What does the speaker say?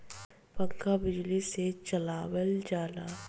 पंखा बिजली से चलावल जाला